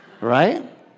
right